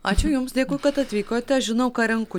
ačiū jums dėkui kad atvykote žinau ką renku